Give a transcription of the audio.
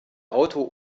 auto